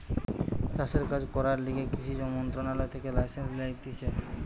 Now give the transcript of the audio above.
চাষের কাজ করার লিগে কৃষি মন্ত্রণালয় থেকে লাইসেন্স লাগতিছে